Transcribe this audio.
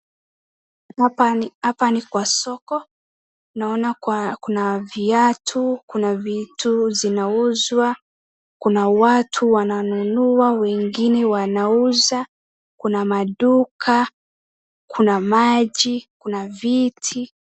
Hapa ni hapa ni kwa soko, naona kuna viatu, kuna vitu zinauzwa kuna watu wananunua wengine wanauza, kuna maduka, kuna maji, kuna viti.